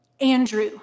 Andrew